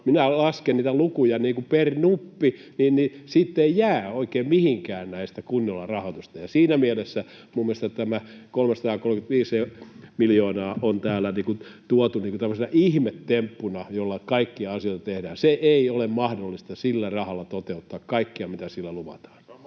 Olen laskenut niitä lukuja per nuppi, ja siitä ei jää oikein mihinkään näistä kunnolla rahoitusta. Siinä mielessä mielestäni tämä 335 miljoonaa on täällä tuotu tämmöisenä ihmetemppuna, jolla kaikkia asioita tehdään. Ei ole mahdollista sillä rahalla toteuttaa kaikkea, mitä sillä luvataan.